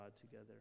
together